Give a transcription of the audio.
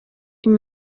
این